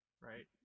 right